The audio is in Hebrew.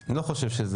אני לא חושב שזה מכובד.